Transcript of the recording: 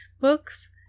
books